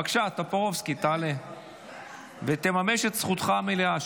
בבקשה, טופורובסקי, תעלה ותממש את זכותך המלאה.